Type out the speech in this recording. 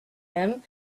him